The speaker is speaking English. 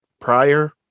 prior